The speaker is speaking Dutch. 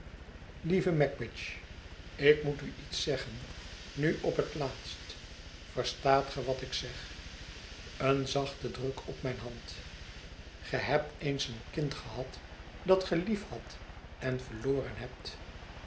lieve magwitch ik moet u iets zeggen nu op het laatst verstaat ge wat ik zeg een zachte druk op mijne hand ge hebt eens een kind gehad dat ge liefhadt en verloren hebt